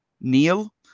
neil